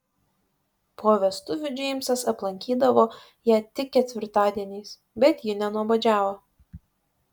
po vestuvių džeimsas aplankydavo ją tik ketvirtadieniais bet ji nenuobodžiavo